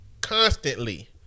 constantly